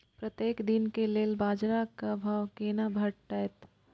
प्रत्येक दिन के लेल बाजार क भाव केना भेटैत?